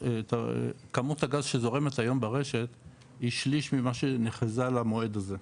כמות הגז שזורמת היום ברשת היא שליש ממה שנחזה למועד הזה,